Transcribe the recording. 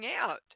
out